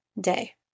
day